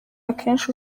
akenshi